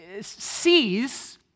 sees